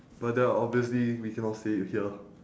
but then obviously we cannot say it here